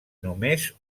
només